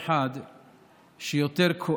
ביותר,